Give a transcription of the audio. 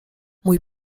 mój